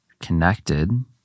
connected